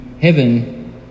heaven